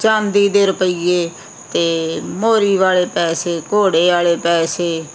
ਚਾਂਦੀ ਦੇ ਰੁਪਈਏ ਅਤੇ ਮੋਰੀ ਵਾਲੇ ਪੈਸੇ ਘੋੜੇ ਵਾਲੇ ਪੈਸੇ